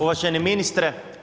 Uvaženi ministre.